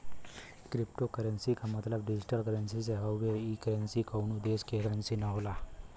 cryptocurrency क मतलब digital currency से हउवे ई करेंसी कउनो देश क करेंसी न होला